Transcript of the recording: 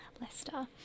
Leicester